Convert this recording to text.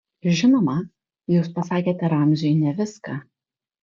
žinoma jūs pasakėte ramziui ne viską